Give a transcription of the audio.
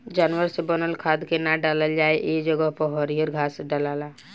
जानवर से बनल खाद के ना डालल जाला ए जगह पर हरियर घास डलाला